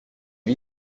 les